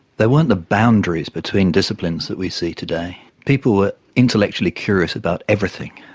there weren't the boundaries between disciplines that we see today. people were intellectually curious about everything.